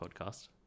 podcast